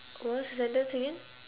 what's the sentence again